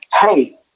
hey